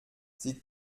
sie